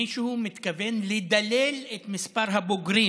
מישהו מתכוון לדלל את מספר הבוגרים.